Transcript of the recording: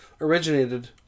originated